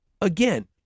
again